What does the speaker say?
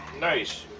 Nice